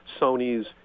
Sony's